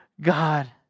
God